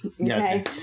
Okay